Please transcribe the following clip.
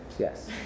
Yes